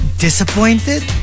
Disappointed